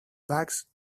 bags